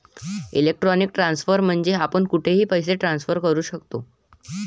electronic transfer म्हणजे आपण कुठेही पैसे ट्रान्सफर करू शकतो